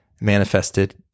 manifested